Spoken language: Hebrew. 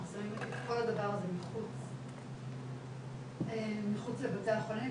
אנחנו שמים את כל הדבר הזה מחוץ לבתי החולים,